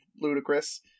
ludicrous